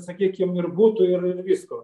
sakykim ir butų ir ir visko